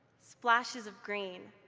splashes of green,